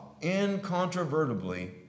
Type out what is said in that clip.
incontrovertibly